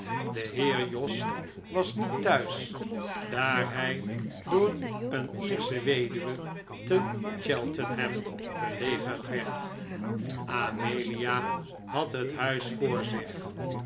de heer jos was niet thuis daar hij door een iersche weduwe te cheltenham belegerd werd amelia had het huis voor zich